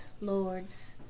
lords